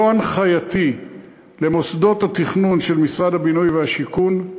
זו הנחייתי למוסדות התכנון של משרד הבינוי והשיכון.